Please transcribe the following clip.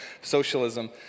socialism